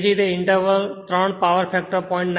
એ જ રીતે ઈંટરવલ ત્રણ પાવર ફેક્ટર 0